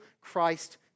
Christ